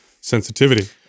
sensitivity